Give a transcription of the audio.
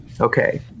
okay